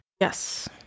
Yes